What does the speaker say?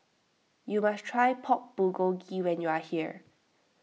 you must try Pork Bulgogi when you are here